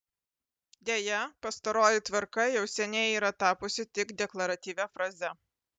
deja pastaroji tvarka jau seniai yra tapusi tik deklaratyvia fraze